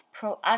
proactive